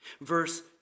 Verse